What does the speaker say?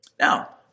Now